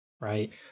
Right